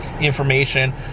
information